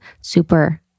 super